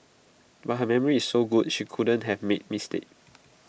but her memory is so good she couldn't have made mistake